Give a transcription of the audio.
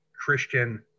Christian